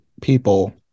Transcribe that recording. people